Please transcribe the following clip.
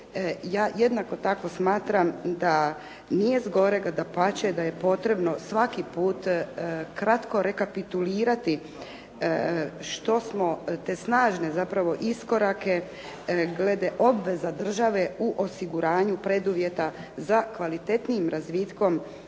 ja jednako tako smatram da nije zgorega, dapače da je potrebno svaki put kratko rekapitulirati što smo, te snažne zapravo iskorake glede obveza države u osiguranju preduvjeta za kvalitetnijim razvitkom